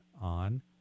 on